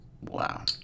wow